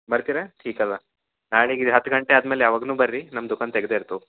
ಬರ್ತಿರ ಟೀಕ್ ಅದ ನಾಳೆಗೆ ಇದು ಹತ್ತು ಗಂಟೆ ಆದ್ಮೇಲೆ ಯಾವಗ್ನು ಬರ್ರಿ ನಮ್ಮ ದುಖಾನ್ ತೆಗ್ದೆ ಇರ್ತವ